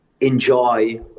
enjoy